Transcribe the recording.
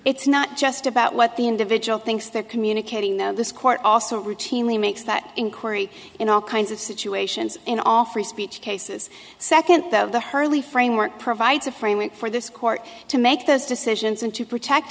it's not just about what the individual thinks they're communicating that this court also routinely makes that inquiry in all kinds of situations in all free speech cases second the hurly framework provides a framework for this court to make those decisions and to protect